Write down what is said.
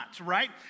right